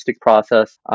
process